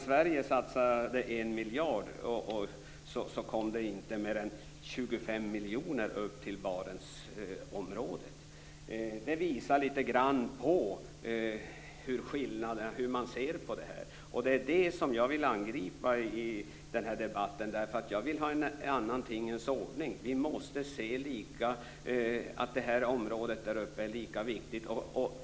Sverige satsade 1 miljard, men inte mer än 25 miljoner kom upp till Barentsområdet. Det visar lite grann på hur man ser på det här. Det är det som jag vill angripa i den här debatten, därför att jag vill ha en annan tingens ordning. Vi måste se att det här området däruppe är lika viktigt.